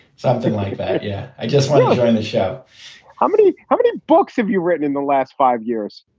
something like that. yeah. i just want to join the show how many many books have you written in the last five years?